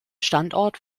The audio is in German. standort